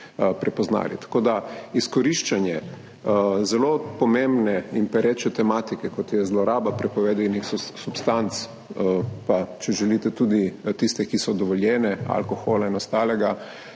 tako da je izkoriščanje zelo pomembne in pereče tematike, kot je zloraba prepovedanih substanc, pa če želite tudi tistih, ki so dovoljene, alkohola in ostalega,